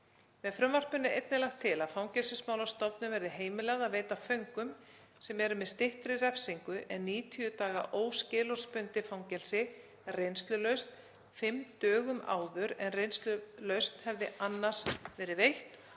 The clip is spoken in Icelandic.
Með frumvarpinu er einnig lagt til að Fangelsismálastofnun verði heimilað að veita föngum sem eru með styttri refsingu en 90 daga óskilorðsbundið fangelsi reynslulausn fimm dögum áður en reynslulausn hefði annars verið veitt